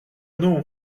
non